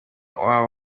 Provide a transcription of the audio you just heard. wabo